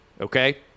okay